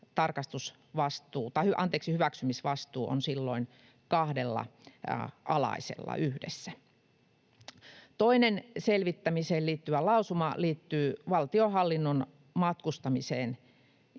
yrityksissä hyväksymisvastuu on silloin kahdella alaisella yhdessä. Toinen selvittämiseen liittyvä lausuma liittyy valtionhallinnon matkustamiseen